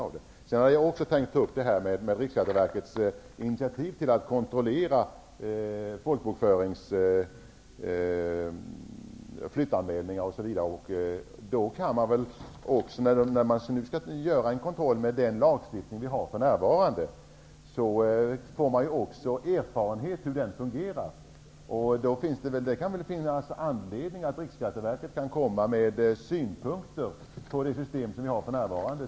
Jag tänkte också ta upp Riksskatteverkets initiativ till att kontrollera flyttanmälningar osv. Om man skall göra en kontroll med den lagstiftning som vi för närvarande har, får man också erfarenhet av hur den fungerar. Det kan finnas anledning för Riksskatteverket att komma med synpunkter på det system som vi har för närvarande.